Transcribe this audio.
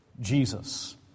Jesus